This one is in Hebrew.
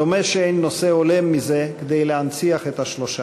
דומה שאין נושא הולם מזה להנציח את השלושה,